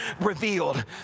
revealed